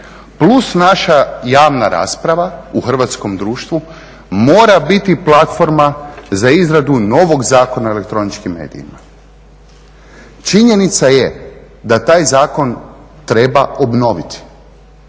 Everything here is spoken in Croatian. plus naša javna rasprava u hrvatskom društvu mora biti platforma za izradu novog Zakona o elektroničkim medijima. Činjenica je da taj zakon treba obnoviti.